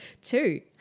two